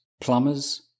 plumbers